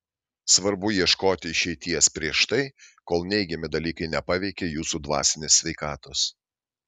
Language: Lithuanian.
svarbu ieškoti išeities prieš tai kol neigiami dalykai nepaveikė jūsų dvasinės sveikatos